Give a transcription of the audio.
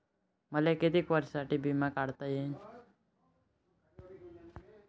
मले कितीक वर्षासाठी बिमा काढता येईन?